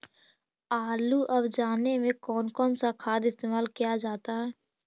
आलू अब जाने में कौन कौन सा खाद इस्तेमाल क्या जाता है?